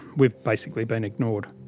we've basically been ignored.